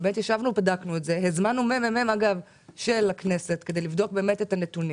ביקשנו מה-מ.מ.מ של הכנסת לבדוק את הנתונים.